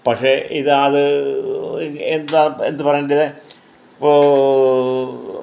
പക്ഷേ ഇത് അത് എന്താണ് എന്ത് പറയെണ്ടത് ഇപ്പോൾ